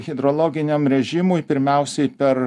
hidrologiniam režimui pirmiausiai per